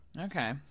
Okay